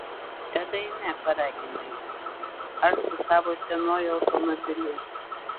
tada eime paragino jis aš su savo senuoju automobiliu